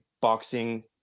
boxing